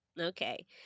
Okay